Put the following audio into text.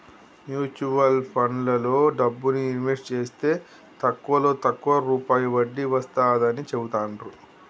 mutual ఫండ్లలో డబ్బుని invest జేస్తే తక్కువలో తక్కువ రూపాయి వడ్డీ వస్తాడని చెబుతాండ్రు